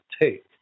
take